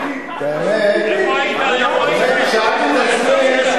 או, איפה היית עד עכשיו?